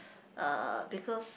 uh because